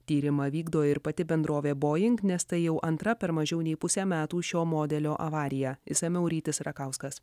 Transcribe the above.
tyrimą vykdo ir pati bendrovė boing nes tai jau antra per mažiau nei pusę metų šio modelio avariją išsamiau rytis rakauskas